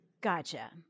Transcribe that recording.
Gotcha